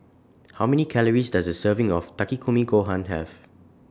How Many Calories Does A Serving of Takikomi Gohan Have